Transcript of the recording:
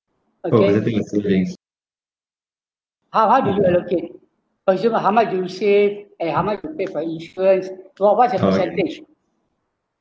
purchase oh percentage including how how do you allocate consume on how much you save and how much you pay for insurance so what's your percentage